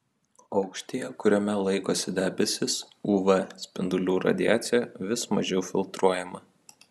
aukštyje kuriame laikosi debesys uv spindulių radiacija vis mažiau filtruojama